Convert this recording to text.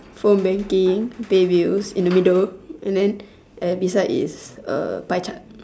phone banking pay bills in the middle and then at beside is a pie chart